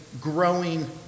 growing